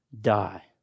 die